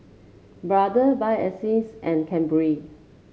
Brother Bio Essence and Cadbury